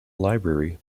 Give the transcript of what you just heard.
library